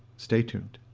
stay tuned.